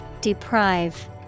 Deprive